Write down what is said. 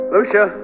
Lucia